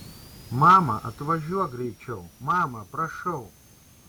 mama atvažiuok greičiau mama prašau